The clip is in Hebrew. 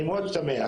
אני מאוד שמח,